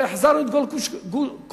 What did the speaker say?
והחזרנו את כל גוש-קטיף,